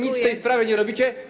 nic w tej sprawie nie robicie.